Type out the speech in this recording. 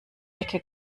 ecke